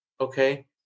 okay